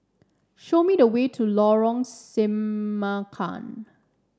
show me the way to Lorong Semangka